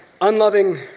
Unloving